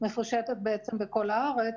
מפושטת בעצם בכל הארץ,